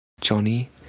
Johnny